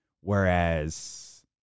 Whereas